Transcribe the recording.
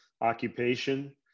occupation